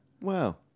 Wow